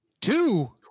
two